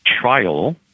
trial